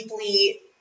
deeply